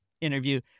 interview